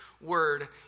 word